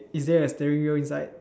is there a steering wheel inside